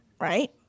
right